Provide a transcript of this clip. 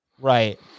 right